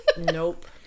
nope